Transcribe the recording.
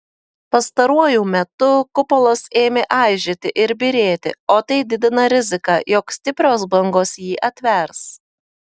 pastaruoju metu kupolas ėmė aižėti ir byrėti o tai didina riziką jog stiprios bangos jį atvers